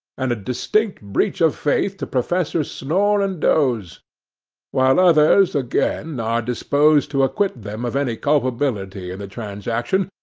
and a distinct breach of faith to professors snore and doze while others, again, are disposed to acquit them of any culpability in the transaction,